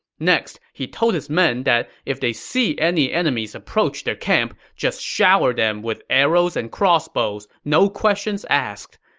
next, he told his men that if they see any enemies approach their camp, just shower them with arrows and crossbows, no questions asked.